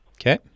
okay